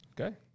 Okay